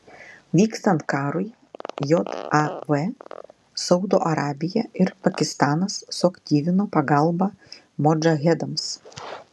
vykstant karui jav saudo arabija ir pakistanas suaktyvino pagalbą modžahedams